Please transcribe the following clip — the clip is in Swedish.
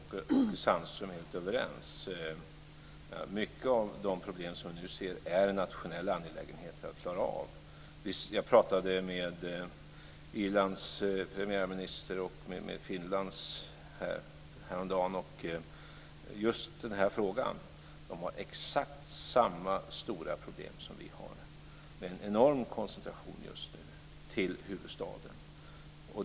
Fru talman! Där är Åke Sandström och jag överens. Många av de problem som vi nu ser är nationella angelägenheter att klara av. Jag talade med Irlands premiärminister och med Finlands premiärminister häromdagen om just den här frågan. De har exakt samma stora problem som vi har med en enorm koncentration just nu till huvudstaden.